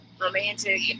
romantic